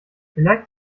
vielleicht